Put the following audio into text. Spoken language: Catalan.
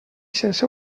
sense